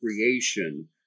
creation